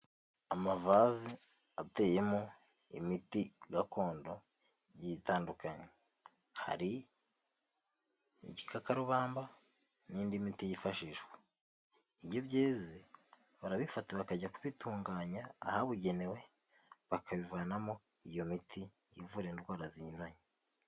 Amavazi ateyemo imiti gakondo igiye itandukanye, hari igikakarubamba n'indi miti yifashishwa, iyo byeze barabifata bakajya kubitunganya ahabugenewe bakabivanamo iyo miti ivura indwara zinyuranye.